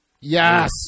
Yes